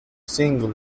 single